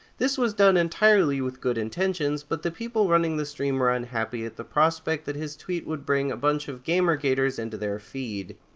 this was done entirely with good intentions, but the people running the stream were unhappy at the prospect that his tweet would bring a bunch of gamergaters into their feed.